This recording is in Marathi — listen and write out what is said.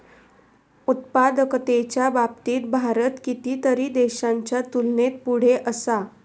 उत्पादकतेच्या बाबतीत भारत कितीतरी देशांच्या तुलनेत पुढे असा